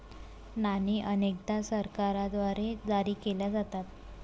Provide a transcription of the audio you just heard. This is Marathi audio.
नाणी अनेकदा सरकारद्वारे जारी केल्या जातात